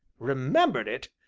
remembered it?